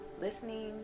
listening